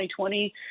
2020